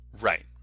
Right